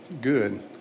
good